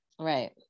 right